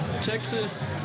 Texas